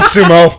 Sumo